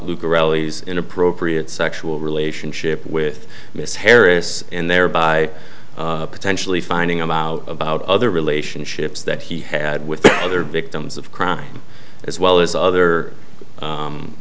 corelli's inappropriate sexual relationship with miss harris and thereby potentially finding out about other relationships that he had with other victims of crime as well as other